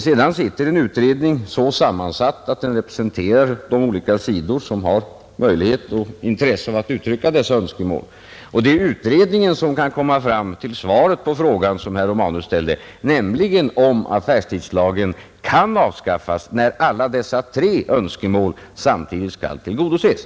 Det pågår en utredning, så sammansatt att den representerar de olika parter, vilka har möjlighet och intresse av att framföra önskemål. Det är utredningen som kan komma fram till svaret på den fråga, som herr Romanus ställde, nämligen om affärstidslagen kan avskaffas när alla dessa önskemål samtidigt tillgodoses.